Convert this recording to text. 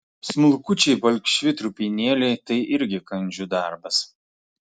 smulkučiai balkšvi trupinėliai tai irgi kandžių darbas